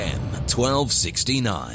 1269